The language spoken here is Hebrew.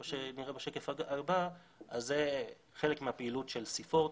מה שנראה בשקף הבא זה חלק מהפעילות של C40,